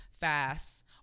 fast